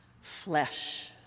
Flesh